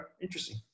Interesting